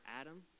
Adam